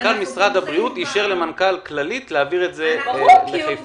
--- מנכ"ל משרד הבריאות אישר למנכ"ל כללית להעביר את זה לחיפה.